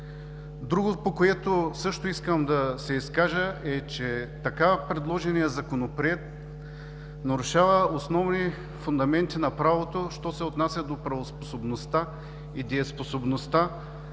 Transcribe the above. Друго, по което също искам да се изкажа, е, че така предложеният Законопроект нарушава основни фундаменти на правото, що се отнася до правоспособността и дееспособността